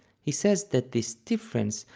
he says that this difference,